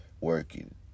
working